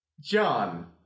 John